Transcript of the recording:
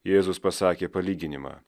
jėzus pasakė palyginimą